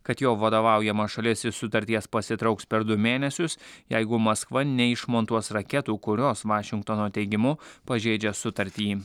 kad jo vadovaujama šalis iš sutarties pasitrauks per du mėnesius jeigu maskva neišmontuos raketų kurios vašingtono teigimu pažeidžia sutartį